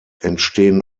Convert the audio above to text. entstehen